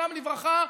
זיכרונם לברכה,